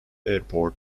airport